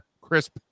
crisp